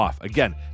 Again